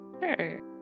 Sure